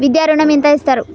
విద్యా ఋణం ఎంత ఇస్తారు?